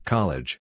College